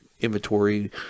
inventory